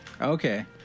Okay